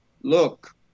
look